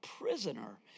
Prisoner